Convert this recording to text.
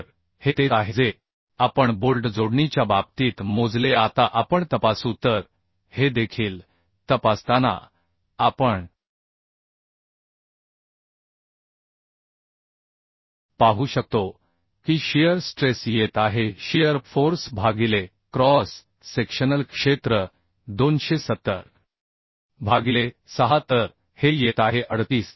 तर हे तेच आहे जे आपण बोल्ट जोडणीच्या बाबतीत मोजले आता आपण तपासू तर हे देखील तपासताना आपण पाहू शकतो की शियर स्ट्रेस येत आहे शियर फोर्स भागिले क्रॉस सेक्शनल क्षेत्र 270 भागिले 6 तर हे येत आहे 38